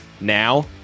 Now